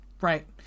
right